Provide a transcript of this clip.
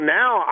now